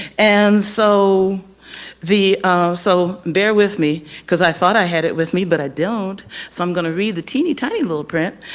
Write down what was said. and so the so bear with me because i thought i had it with me, but i don't so i'm going to read the teeny tiny little print.